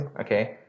Okay